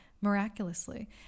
miraculously